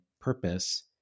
purpose